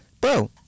bro